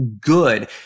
good